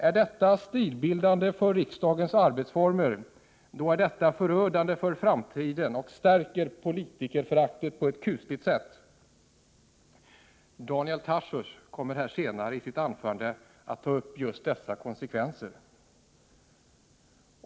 Är detta stilbildande för riksdagens arbetsformer? I så fall är detta förödande för framtiden och stärker politikerföraktet på ett kusligt sätt. Daniel Tarschys kommer här senare i sitt anförande att ta upp just dessa konsekvenser.